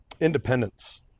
independence